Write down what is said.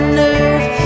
nerve